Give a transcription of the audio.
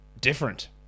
different